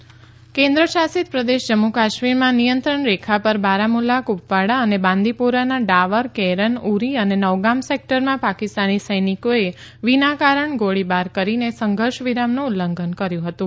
જમ્મુ કાશ્મીર કેન્દ્ર શાસિત પ્રદેશ જમ્મુ કાશ્મીરમાં નિયંત્રણ રેખા પર બારામુલ્લા કુપવાડા અને બાંદીપોરાના ડાવર કેરન ઊરી અને નૌગામ સેક્ટરમાં પાકિસ્તાની સૈનિકોએ વિના કારણ ગોળીબાર કરીને સંઘર્ષ વિરામનું ઉલ્લંઘન કર્યું હતું